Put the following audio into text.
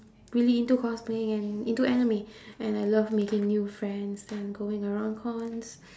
really into cosplaying and into anime and I love making new friends and going around cons